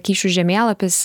kyšių žemėlapis